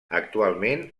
actualment